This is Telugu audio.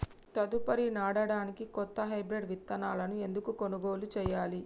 తదుపరి నాడనికి కొత్త హైబ్రిడ్ విత్తనాలను ఎందుకు కొనుగోలు చెయ్యాలి?